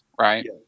right